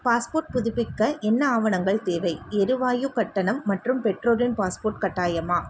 passport புதுப்பிக்க என்ன ஆவணங்கள் தேவை எரிவாயுக் கட்டணம் மற்றும் பெற்றோரின் பாஸ்போர்ட் கட்டாயமா